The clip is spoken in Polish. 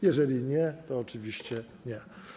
Jeżeli nie, to oczywiście nie.